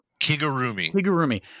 Kigurumi